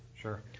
Sure